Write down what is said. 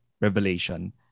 Revelation